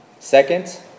Second